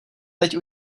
teď